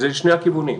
זה לשני הכיוונים.